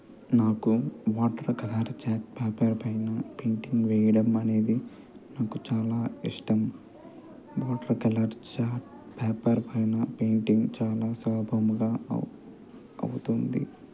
నాకు water colour chart paper పైన painting వేయడం అనేది నాకు చాలా ఇష్టం వాటర్ కలర్ చాట్ పేపర్ పైన పెయింటింగ్ చాలా సులభముగా అవ్ అవుతుంది